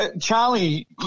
Charlie